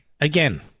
again